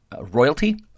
royalty